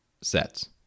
sets